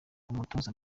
umutoza